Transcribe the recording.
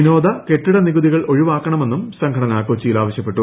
വിനോദ കെട്ടിട നികുതികൾ ഒഴിവാക്കണമെന്നും സംഘടന കൊച്ചിയിൽ ആവശ്യപ്പെട്ടു